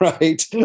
right